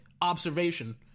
observation